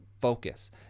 focus